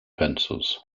pencils